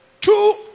Two